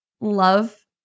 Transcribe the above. love